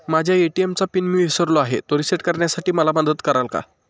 माझ्या ए.टी.एम चा पिन मी विसरलो आहे, तो रिसेट करण्यासाठी मला मदत कराल?